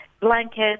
blankets